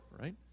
right